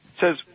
Says